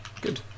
Good